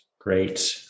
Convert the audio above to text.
great